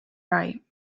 right